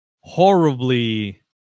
horribly